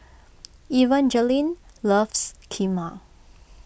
Evangeline loves Kheema